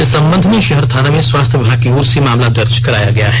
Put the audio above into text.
इस संबंध में शहर थाना में स्वास्थ्य विभाग की ओर से मामला दर्ज कराया गया है